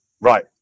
right